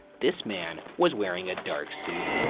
this man was wearing a dark suit.